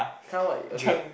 count what okay